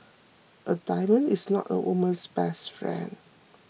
a diamond is not a woman's best friend